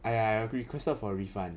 I I requested for a refund